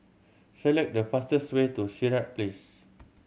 select the fastest way to Sirat Place